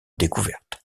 découverte